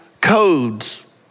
codes